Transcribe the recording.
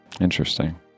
Interesting